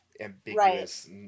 ambiguous